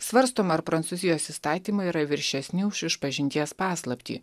svarstoma ar prancūzijos įstatymai yra viršesni už išpažinties paslaptį